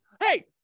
Hey